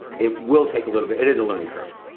it will take a little bit. it is a learning curve.